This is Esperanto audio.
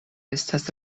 estas